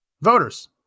voters